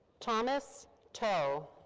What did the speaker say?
thomas to.